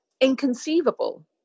inconceivable